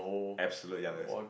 absolute youngest